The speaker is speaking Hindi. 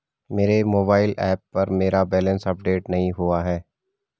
मेरे मोबाइल ऐप पर मेरा बैलेंस अपडेट नहीं हुआ है